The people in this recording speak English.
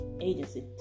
Agency